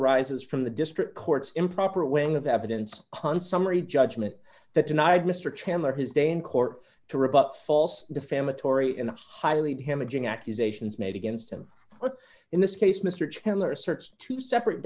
arises from the district court's improper wing of evidence on summary judgment that denied mr chandler his day in court to rebut false defamatory and highly damaging accusations made against him in this case mr chandler asserts two separate